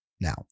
Now